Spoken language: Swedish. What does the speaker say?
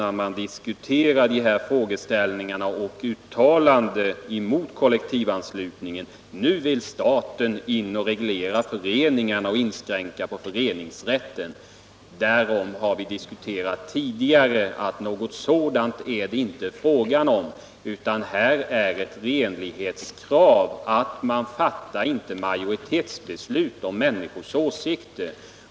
När man diskuterar de här frågeställningarna och de uttalanden som görs mot kollektivanslutningen, säger han: nu vill staten in och reglera föreningarna och inskränka på föreningsrätten. Vi har tidigare diskuterat detta men något sådant är det inte fråga om. Här gäller det ett renlighetskrav som går ut på att man inte skall fatta majoritetsbeslut om människors åsikter.